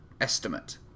estimate